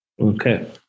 okay